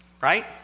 Right